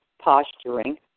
posturing